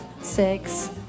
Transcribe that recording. six